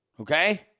Okay